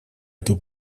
эту